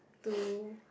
two